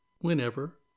whenever